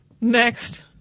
next